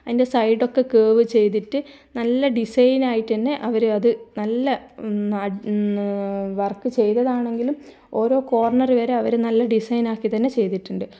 അതിൻ്റെ സൈഡൊക്കെ കേർവ് ചെയ്യ്തിട്ട് നല്ല ഡിസൈൻ ആയിട്ടു തന്നെ അവർ അതു നല്ല വർക്ക് ചെയ്തതാണെങ്കിലും ഓരോ കോർണർ വരെ അവർ നല്ല ഡിസൈൻ ആക്കി തന്നെ ചെയ്തിട്ടുണ്ട്